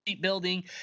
building